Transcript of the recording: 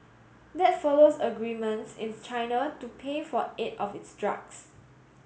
that follows agreements in China to pay for eight of its drugs